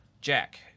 Jack